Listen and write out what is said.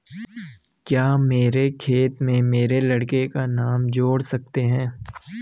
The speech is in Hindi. क्या मेरे खाते में मेरे लड़के का नाम जोड़ सकते हैं?